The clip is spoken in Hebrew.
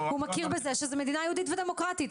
הוא מכיר בזה שזה מדינה יהודית ודמוקרטית.